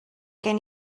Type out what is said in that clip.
gen